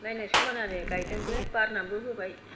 नायनो समायनानि गायदोंबो बारनानैबो होबाय